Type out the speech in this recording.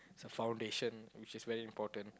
it's a foundation which is very important